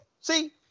See